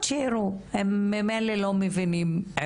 שעדיין לא ענינו עליהם.